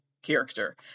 character